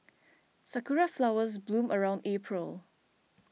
sakura flowers bloom around April